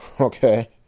Okay